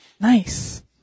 Nice